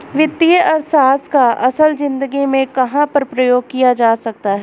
वित्तीय अर्थशास्त्र का असल ज़िंदगी में कहाँ पर प्रयोग किया जा सकता है?